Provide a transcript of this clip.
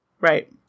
right